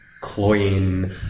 cloying